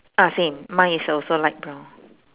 ah same mine is also light brown